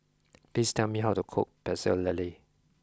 please tell me how to cook pecel lele